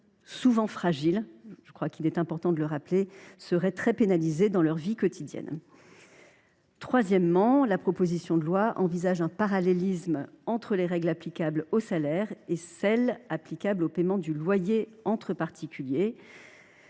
souvent fragiles – il est important de le rappeler –, seraient très pénalisées dans leur vie quotidienne. Troisièmement, la proposition de loi prévoit de mettre en place un parallélisme entre les règles applicables aux salaires et celles qui sont applicables au paiement du loyer entre particuliers